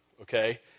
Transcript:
okay